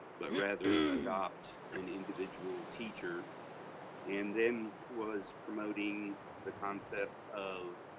but rather adopt an individual teacher and then was promoting the concept of